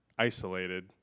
isolated